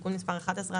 תיקון מספר 11,